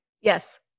Yes